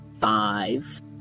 Five